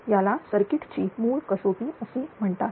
याला सर्किट ची मूळची कसोटी असे म्हणतात